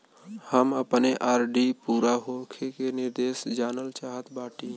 हम अपने आर.डी पूरा होवे के निर्देश जानल चाहत बाटी